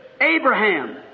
Abraham